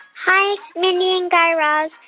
hi, mindy and guy raz.